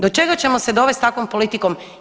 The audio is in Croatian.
Do čega ćemo se dovesti takvom politikom?